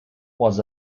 was